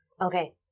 Okay